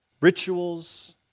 Rituals